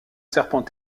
serpent